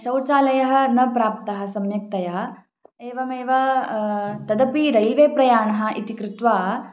शौचालयः न प्राप्तः सम्यक्तया एवमेव तदपि रैल्वे प्रयाणः इति कृत्वा